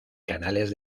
canales